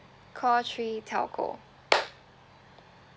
call three TELCO